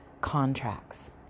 contracts